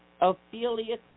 Ophelia